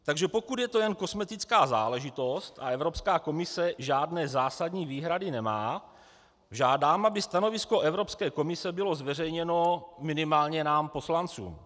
Takže pokud je to jen kosmetická záležitost a Evropská komise žádné zásadní výhrady nemá, žádám, aby stanovisko Evropské komise bylo zveřejněno minimálně nám, poslancům.